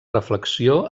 reflexió